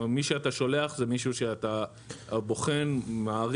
מי שאתה שולח זה מישהו שהבוחן מעריך,